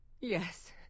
Yes